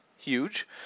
Huge